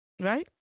Right